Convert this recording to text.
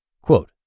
Quote